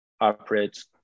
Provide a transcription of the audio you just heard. operates